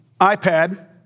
iPad